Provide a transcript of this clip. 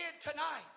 tonight